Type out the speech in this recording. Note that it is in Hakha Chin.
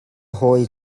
hawi